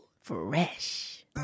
Fresh